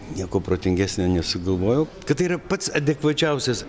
nieko protingesnio nesugalvojau kad tai yra pats adekvačiausias